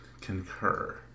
concur